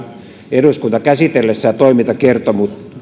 eduskunta käsitellessään toimintakertomusta